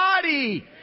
body